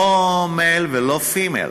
לא male ולא female.